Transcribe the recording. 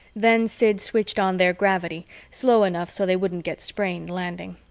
then sid switched on their gravity, slow enough so they wouldn't get sprained landing.